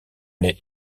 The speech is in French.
les